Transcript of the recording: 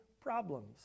problems